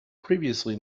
previously